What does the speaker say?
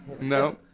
No